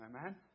Amen